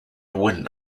win